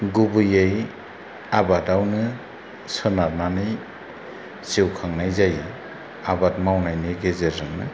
गुबैयै आबादावनो सोनारनानै जिउ खांनाय जायो आबाद मावनायनि गेजेरजोंनो